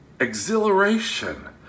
exhilaration